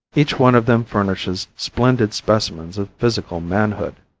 each one of them furnishes splendid specimens of physical manhood.